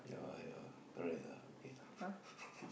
yeah yeah correct lah okay lah